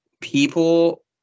people